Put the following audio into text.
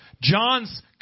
John's